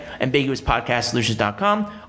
ambiguouspodcastsolutions.com